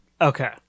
Okay